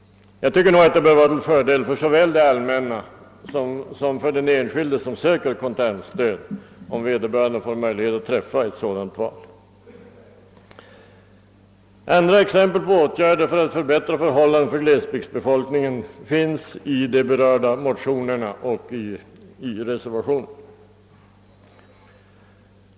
Jag tycker att det skulle vara till fördel såväl för det allmänna som för den enskilde som söker kontantstöd att vederbörande får möjligheter att träffa ett sådant val. Andra exempel på åtgärder för att förbättra förhållandena för glesbygdsbefolkningen finns i de berörda motionerna och i reservationen.